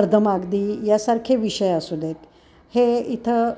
अर्धमागधी यासारखे विषय असू देत हे इथं